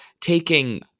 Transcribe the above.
taking